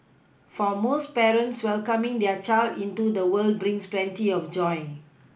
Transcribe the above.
for most parents welcoming their child into the world brings plenty of joy